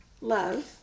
love